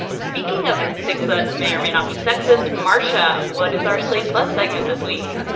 speaking of things that may or may not be sexist. marsha, what is our slate plus segment this week?